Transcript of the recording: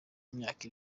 mumyaka